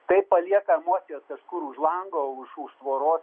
tai palieka emocijas kažkur už lango už už tvoros